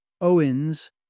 Owens